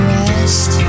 rest